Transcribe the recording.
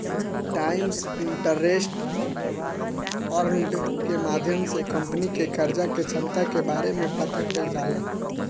times interest earned के माध्यम से कंपनी के कर्जा के क्षमता के बारे में पता कईल जाला